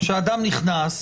שאדם נכנס,